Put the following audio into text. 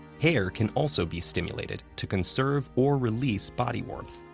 hair can also be stimulated to conserve or release body warmth.